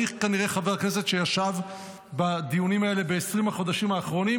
אני כנראה חבר הכנסת שישב הכי הרבה בדיונים האלה ב-20 החודשים האחרונים.